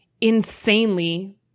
insanely